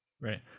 Right